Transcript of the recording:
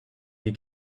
you